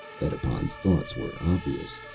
edipon's thoughts were obvious.